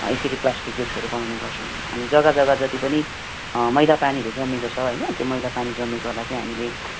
यसरी प्लास्टिक ब्रिक्सहरू बनाउने गर्छौँ अनि जगा जगा जति पनि मैला पानीहरू जमेको छ होइन त्यो मैला जमेकोहरूलाई चाहिँ हामीले